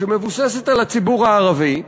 שמבוססת על הציבור הערבי,